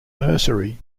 nursery